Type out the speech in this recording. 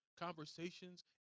conversations